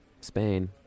Spain